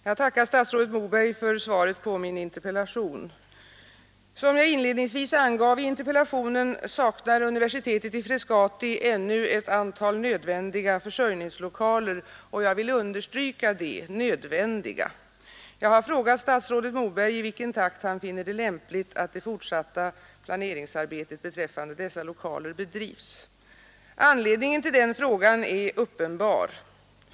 Herr talman! Jag tackar statsrådet Moberg för svaret på min interpellation. Som jag inledningsvis angav i interpellationen saknar universitetet i Frescati ännu ett antal nödvändiga försörjningslokaler — jag vill understryka det: nödvändiga. Jag har frågat statsrådet Moberg i vilken takt han finner det lämpligt att det fortsatta planeringsarbetet beträffande dessa lokaler bedrivs. Anledningen till den frågan är uppenbar.